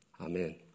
Amen